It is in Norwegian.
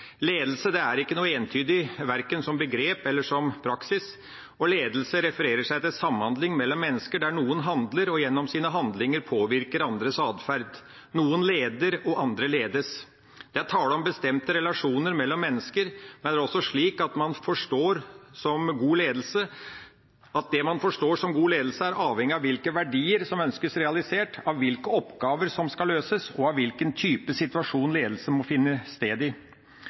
er ikke noe entydig, verken som begrep eller praksis. Ledelse refererer seg til samhandling mellom mennesker, der noen handler og gjennom sine handlinger påvirker andres adferd. Noen leder, og andre ledes. Det er tale om bestemte relasjoner mellom mennesker, men det er også slik at det man forstår som god ledelse, er avhengig av hvilke verdier som ønskes realisert, hvilke oppgaver som skal løses og hvilken type situasjon ledelse må finne sted i. I offentlige organisasjoner, som f.eks. forvaltningsorganisasjoner, der rettsstatsverdier har høy prioritet, der lover og regler skal følges, og der beslutningsalternativene i